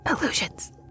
illusions